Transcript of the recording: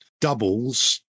doubles